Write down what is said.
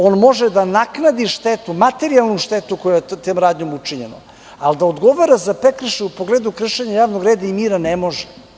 On može da naknadi materijalnu štetu koja je tom radnjom učinjena, ali da odgovara za prekršaj u pogledu kršenja javnog reda i mira, ne može.